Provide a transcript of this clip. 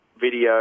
video